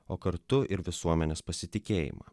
o kartu ir visuomenės pasitikėjimą